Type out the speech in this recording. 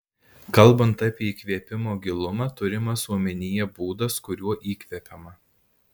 kalbant apie įkvėpimo gilumą turimas omenyje būdas kuriuo įkvepiama